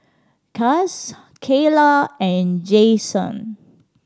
Cass Kaylah and Jaxon